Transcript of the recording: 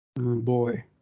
Boy